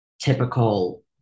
typical